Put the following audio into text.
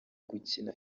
gukina